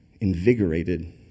invigorated